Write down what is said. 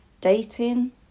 dating